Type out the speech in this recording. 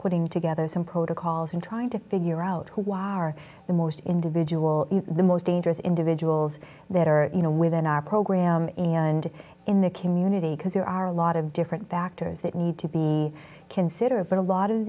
putting together some protocols and trying to figure out why are the most individual the most dangerous individuals that are you know within our program and in the community because there are a lot of different factors that need to be considerate but a lot of